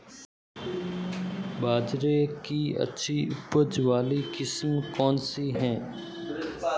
बाजरे की अच्छी उपज वाली किस्म कौनसी है?